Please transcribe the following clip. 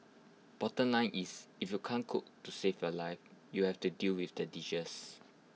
bottom line is if you can't cook to save your life you'll have to deal with the dishes